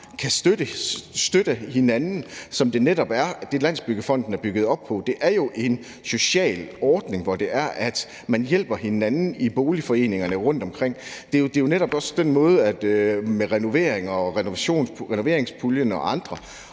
kan støtte hinanden, hvilket netop er det, Landsbyggefonden er bygget op på. Det er jo en social ordning, hvor man hjælper hinanden i boligforeningerne rundtomkring. Det er jo netop også den måde, det sker på, med renoveringspuljen og andre